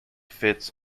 fits